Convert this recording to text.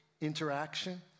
interaction